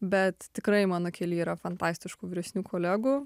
bet tikrai mano kely yra fantastiškų vyresnių kolegų